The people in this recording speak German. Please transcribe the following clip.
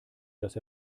dass